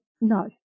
no